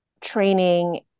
training